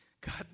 God